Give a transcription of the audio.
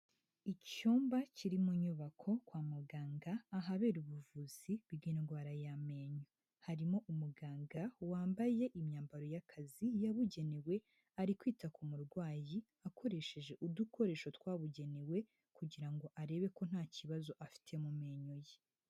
Icyumba kiri mu nyubako kwa muganga ahabera ubuvuzi bw'indwara y'amenyo. Harimo umuganga wambaye imyambaro y'akazi yabugenewe, ari kwita ku murwayi akoresheje udukoresho twabugenewe kugira ngo arebe ko nta kibazo afite mu menyo ye.